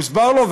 הוסבר לו,